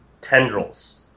tendrils